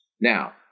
Now